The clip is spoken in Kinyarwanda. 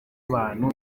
abantu